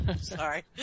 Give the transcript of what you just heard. sorry